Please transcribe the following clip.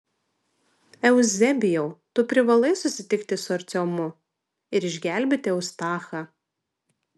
euzebijau tu privalai susitikti su artiomu ir išgelbėti eustachą